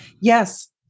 Yes